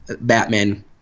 Batman